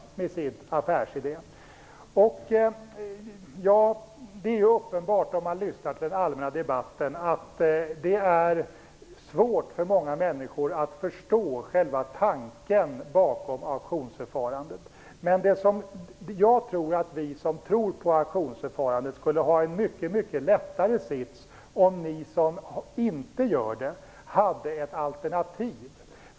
Om man lyssnar till den allmänna debatten är det uppenbart att det är svårt för många människor att förstå själva tanken bakom auktionsförfarandet. Vi som tror på auktionsförfarandet skulle ha en mycket lättare sits om ni som inte gör det hade ett alternativ.